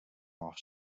off